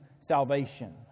salvation